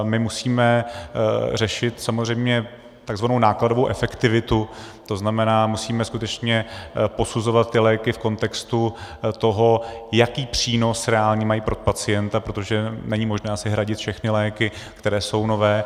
My musíme řešit samozřejmě tzv. nákladovou efektivitu, to znamená, musíme skutečně posuzovat ty léky v kontextu toho, jaký přínos reálně mají pro pacienta, protože není možné asi hradit všechny léky, které jsou nové.